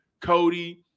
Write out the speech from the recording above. Cody